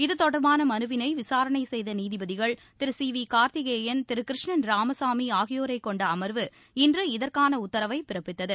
இத்தொடர்பான மனுவினை விசாரணை செய்த நீதிபதிகள் திரு சி வி கார்த்திகேயன் திரு கிருஷ்ணன் ராமசாமி ஆகியோரைக் கொண்ட அம்வு இன்று இதற்கான உத்தரவை பிறப்பித்தது